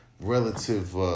relative